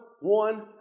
one